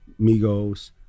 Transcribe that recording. Migos